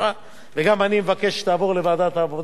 וגם אני מבקש שתעבור לוועדת העבודה והרווחה,